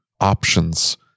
options